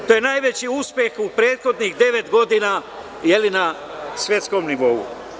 To je najveći uspeh u prethodnih devet godina jedina na svetskom nivou.